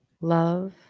love